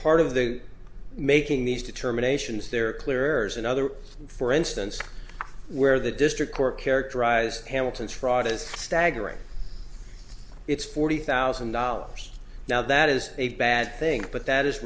part of the making these determinations there are clears and other for instance where the district court characterized hamilton's fraud as staggering it's forty thousand dollars now that is a bad thing but that is